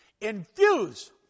infuse